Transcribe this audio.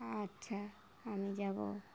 আচ্ছা আমি যাব